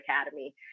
academy